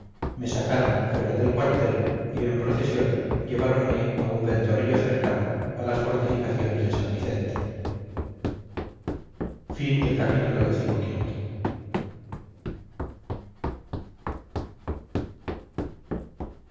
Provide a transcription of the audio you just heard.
me sacaron fuera del cuartel y en procesión lleváronme a un ventorrillo cercano a las fortificaciones de san vicente